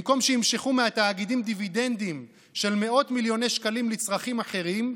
במקום שימשכו מהתאגידים דיבידנדים של מאות מיליוני שקלים לצרכים אחרים,